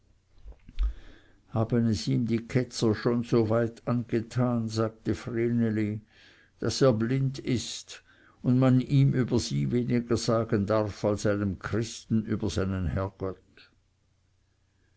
haben es ihm die ketzer schon so weit angetan sagte vreneli daß er blind ist und man ihm über sie weniger sagen darf als einem christen über seinen herrgott